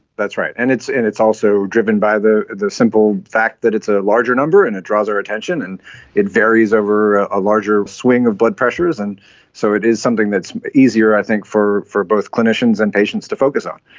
that's right, and it's and it's also driven by the the simple fact that it's a larger number and it draws our attention, and it varies over a larger swing of blood pressures, so it is something that's easier i think for for both clinicians and patients to focus on.